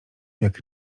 jak